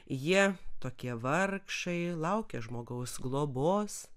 jie tokie vargšai laukia žmogaus globos